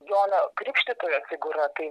jono krikštytojo figūra tai